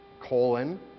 colon